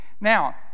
Now